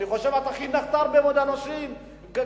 אני חושב שחינכת הרבה מאוד אנשים כמשפטן.